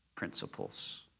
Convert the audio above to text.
Principles